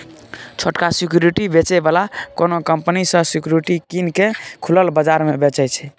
छोटका सिक्युरिटी बेचै बला कोनो कंपनी सँ सिक्युरिटी कीन केँ खुलल बजार मे बेचय छै